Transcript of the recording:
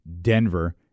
Denver –